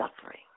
suffering